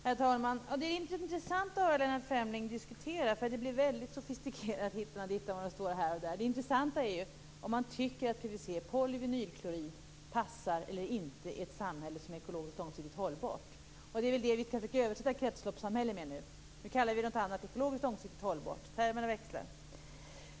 Herr talman! Det är intressant att höra Lennart Fremling diskutera, därför att det blir väldigt sofistikerat om vad det står här och där. Det intressanta är ju om man tycker att PVC, polyvinylklorid, passar eller inte i ett samhälle som är ekologiskt, långsiktigt hållbart. Det är ju det vi skall försöka översätta kretsloppssamhället med nu. Nu kallar vi det för någonting annat: ekologiskt, långsiktigt hållbart. Termerna växlar.